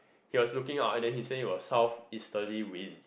he was looking out and then he say it was south eastern winds